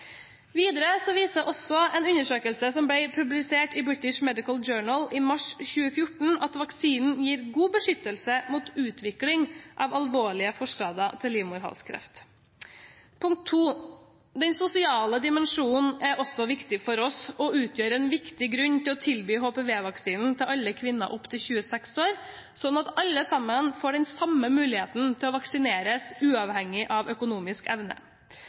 Videre viser også en undersøkelse som ble publisert i British Medical Journal i mars 2014, at vaksinen gir god beskyttelse mot utvikling av alvorlige forstadier til livmorhalskreft. Punkt nr. 2: Den sosiale dimensjonen er også viktig for oss og utgjør en viktig grunn til å tilby HPV-vaksinen til alle kvinner opp til 26 år, sånn at alle sammen får den samme muligheten til å vaksineres, uavhengig av økonomisk evne.